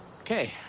Okay